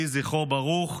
יהי זכרו ברוך.